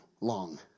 long